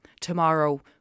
tomorrow